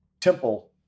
temple